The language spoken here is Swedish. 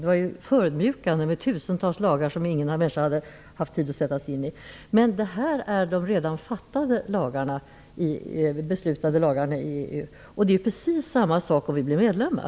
Det var förödmjukande att ta över tusentals lagar som ingen människa hade haft tid att sätta sig in i. Men det gäller de lagar som det redan beslutats om. Det är precis samma sak om vi blir medlemmar.